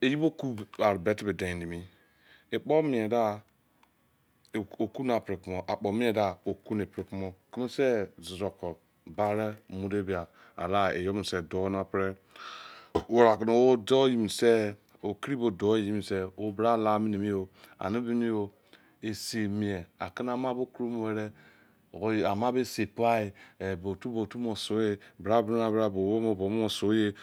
iye bo ku nut ware ka timi den emi ekpo mien do a oku na pre okpo mien da kure pre como keme se susu co bare mu de bia ala ye bo se do na pre wo oganu bo do me se owo kiri bo do i se owo bra la me ne o ane esei mien ka na ama bo koro mu were ama bo esi fa ebo tu tu sua bra bra owo bo mo su ye.